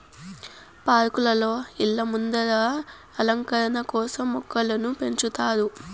పార్కులలో, ఇళ్ళ ముందర అలంకరణ కోసం మొక్కలను పెంచుతారు